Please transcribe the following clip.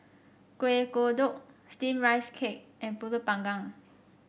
Kueh Kodok steamed Rice Cake and pulut panggang